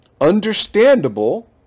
understandable